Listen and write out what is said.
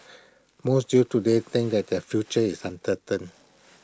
most youths today think that their future is uncertain